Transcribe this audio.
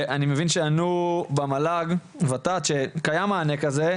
ואני מבין שענו במל"ג-ות"ת שקיים מענה כזה.